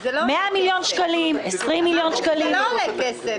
אמרתם שזה לא עולה כסף.